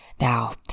Now